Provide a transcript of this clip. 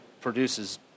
produces